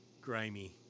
grimy